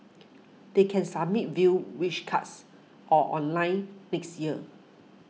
they can submit via Wish Cards or online next year